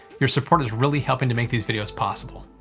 your support is really helping to make these videos possible.